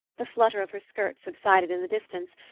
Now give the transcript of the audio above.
the flutter of her skirts subsided in the distance,